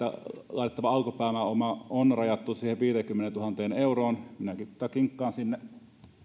laitettava alkupääoma on rajattu siihen viiteenkymmeneentuhanteen euroon minä kinkkaan sinne